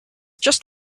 just